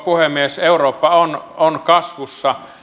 puhemies eurooppa on on kasvussa